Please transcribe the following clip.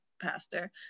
pastor